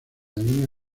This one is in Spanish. línea